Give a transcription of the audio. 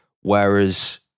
Whereas